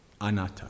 anatta